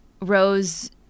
Rose